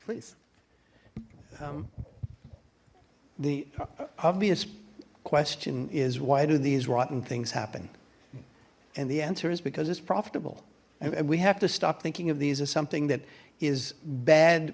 please the obvious question is why do these rotten things happen and the answer is because it's profitable and we have to stop thinking of these as something that is bad